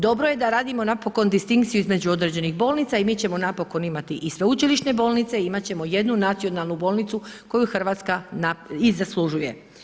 Dobro je da radimo napokon distinkciju između određenih bolnica i mi ćemo napokon imati i sveučilišne bolnice i imat ćemo jednu nacionalnu bolnicu koju Hrvatska i zaslužuje.